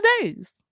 days